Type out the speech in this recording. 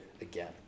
again